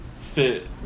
fit